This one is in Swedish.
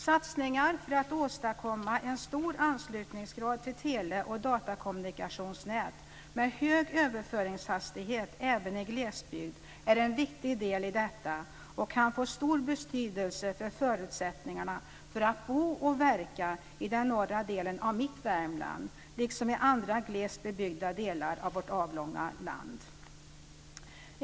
Satsningar för att åstadkomma en hög anslutningsgrad till teleoch datakommunikationsnät med hög överföringshastighet även i glesbygd är en viktig del i detta och kan få stor betydelse för förutsättningarna för att bo och verka i den norra delen av mitt Värmland, liksom i andra glest bebyggda delar av vårt avlånga land.